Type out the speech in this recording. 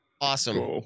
Awesome